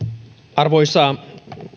arvoisa